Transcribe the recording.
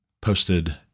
posted